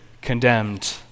condemned